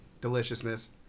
deliciousness